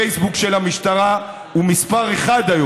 הפייסבוק של המשטרה הוא מספר אחת.